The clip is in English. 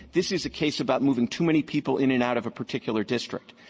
this is a case about moving too many people in and out of a particular district.